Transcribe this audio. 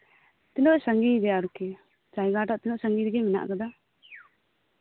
ᱛᱤᱱᱟᱹᱜ ᱥᱟᱹᱜᱤᱧ ᱜᱮᱭᱟ ᱟᱨᱠᱤ ᱨᱟᱱᱱᱟ ᱚᱲᱟᱜ ᱛᱤᱱᱟᱹᱜ ᱥᱟᱹᱜᱤᱧ ᱜᱮᱭᱟ ᱟᱨ ᱠᱤ